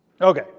Okay